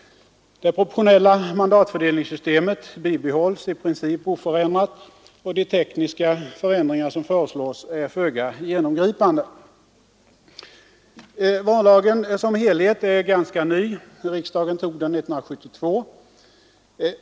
Det proportionella mandatfördelningssystemet bibehålles i princip oförändrat, och de tekniska förändringar som nu föreslås är föga genomgripande. Vallagen som helhet är ganska ny; riksdagen antog den 1972.